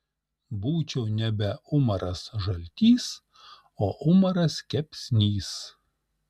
būčiau nebe umaras žaltys o umaras kepsnys